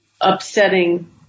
upsetting